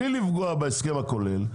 בלי לפגוע בהסכם הכולל,